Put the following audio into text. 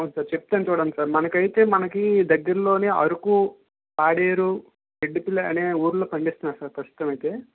అవును సార్ చెప్తాను చూడండి సార్ మనకు అయితే మనకు దగ్గర లోనే అరకు తాడేరు ఎటుకుల అనే ఊరిలో పండిస్తున్నారు సార్ ప్రస్తుతం అయితే